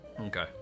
Okay